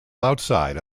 outside